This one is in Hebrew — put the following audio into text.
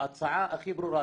ההצעה הכי ברורה,